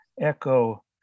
echo